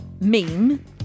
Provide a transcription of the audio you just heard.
meme